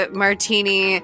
martini